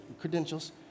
credentials